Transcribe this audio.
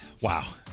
Wow